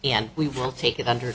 and we will take it under